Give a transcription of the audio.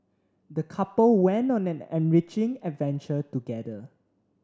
the couple went on an enriching adventure together